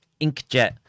inkjet